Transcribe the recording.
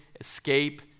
escape